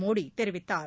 மோடி தெரிவித்தார்